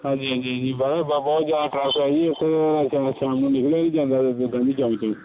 ਹਾਂਜੀ ਹਾਂਜੀ ਜੀ ਬੜਾ ਬੁਰਾ ਬਹੁਤ ਜ਼ਿਆਦਾ ਟਰਾਫੀਕ ਆ ਜੀ ਇੱਥੇ ਸ਼ਾਮ ਨੂੰ ਨਿਕਲਿਆ ਨਹੀਂ ਜਾਂਦਾ